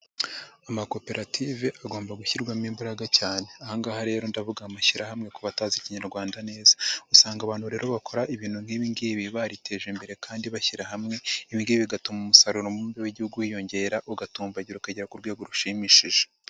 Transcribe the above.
Amakoperative agomba gushyirwamo imbaraga cyane. Aha ngaha rero ndavuga amashyirahamwe ku batazi ikinyarwanda neza. Usanga abantu rero bakora ibintu nk'ibi ngibi bariteje imbere kandi bashyira hamwe. Ibi ngibi bigatuma umusaruro mbumbe w'igihugu wiyongera, ugatumbagira ukagera ku rwego rushimishije.